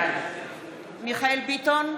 בעד מיכאל מרדכי ביטון,